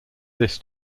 this